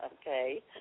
Okay